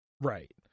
right